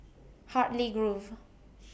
Hartley Grove